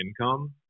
income